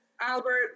Albert